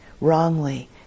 wrongly